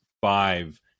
five